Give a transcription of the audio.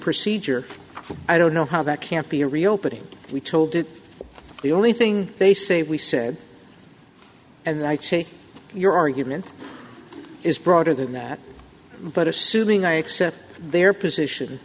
procedure i don't know how that can't be a reopening we told it the only thing they say we said and i'd say your argument is broader than that but assuming i accept their position